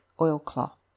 oilcloth